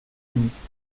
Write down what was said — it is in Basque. naiz